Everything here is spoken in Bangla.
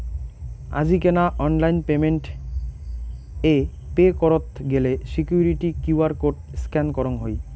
আজিকেনা অনলাইন পেমেন্ট এ পে করত গেলে সিকুইরিটি কিউ.আর কোড স্ক্যান করঙ হই